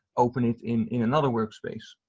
open it in in another workspace.